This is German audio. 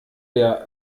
der